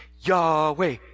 Yahweh